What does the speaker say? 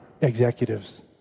executives